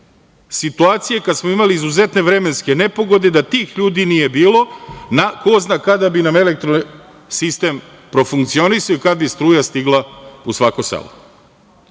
situacije kada smo imali izuzetne vremenske nepogode. Da tih ljudi nije bilo, ko zna kada bi nam elektrosistem profunkcionisao i kada bi struja stigla u svako selo. Nije